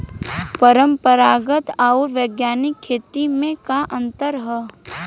परंपरागत आऊर वैज्ञानिक खेती में का अंतर ह?